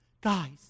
Guys